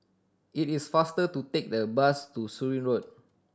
it is faster to take the bus to Surin Road